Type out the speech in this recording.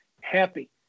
happy